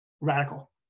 Radical